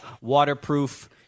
waterproof